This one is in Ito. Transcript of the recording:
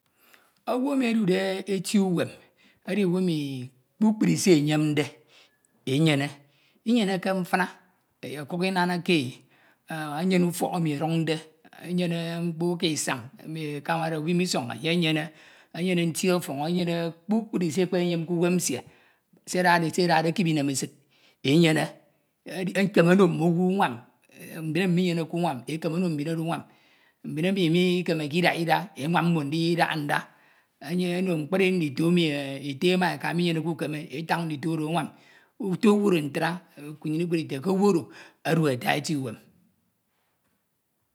Owu emi odude eti uwem edi owu emi kpukpru se e enyemde, e enyene, Inyeneke mfina, enye okuk Inanake e, enh enyene ufọk emi eduñde, enyene mkpo uka Isañ ekamade, ubim uka Isañ enye enyene enyene eti ọfọñ enyene kpukpri se ekpenyenyem k’uwem nsie se edade se edade ekip Inemesid enyene ekeme ono owu unwam, mbin emi minyeneke umwam e’kene ono mbin oro unwam, mbin emi mi Ikemeke Idaha Ida enwan mmo ndidaha nda ono mkpri ndito emi ete ma eka emi minyeneke ukan e tañ ndito oro anwam, uto owu oro ntra nnyin Ikud ite ke owu oro odu ata eti uwem.